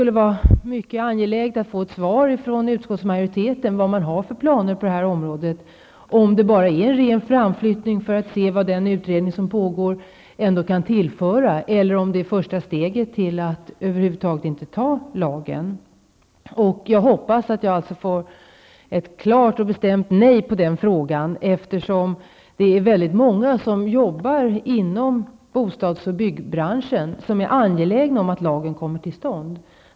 Det är mycket angeläget att vi får ett svar från utskottsmajoriteten om vad man har för planer på detta område, om det bara är en ren framflyttning för att se vad den utredning som pågår kan tillföra, eller om det är första steget mot att inte anta lagen. Jag hoppas alltså att jag får ett klart och bestämt nej till svar, eftersom det är många som jobbar inom bostads och byggbranschen som är angelägna om att lagen kommer till stånd.